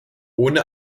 ohne